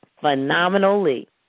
phenomenally